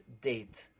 date